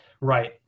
Right